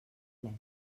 plecs